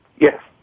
Yes